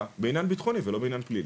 בעניין ביטחוני ולא בעניין פלילי.